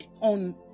on